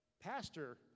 pastor